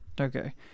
okay